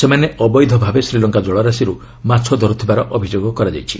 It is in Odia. ସେମାନେ ଅବୈଧ ଭାବେ ଶ୍ରୀଲଙ୍କା ଜଳରାଶିରୁ ମାଛ ଧରୁଥିବାର ଅଭିଯୋଗ କରାଯାଇଛି